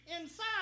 inside